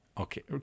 okay